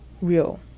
real